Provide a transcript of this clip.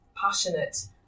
passionate